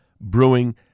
Brewing